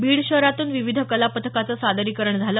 बीड शहरातून विविध कला पथकाचं सादरीकरण झालं